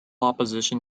opposition